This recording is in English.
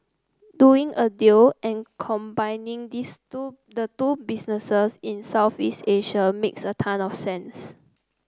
doing a deal and combining these two the two businesses in Southeast Asia makes a ton of sense